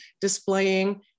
displaying